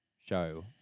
Show